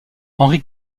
henri